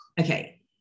okay